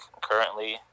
Currently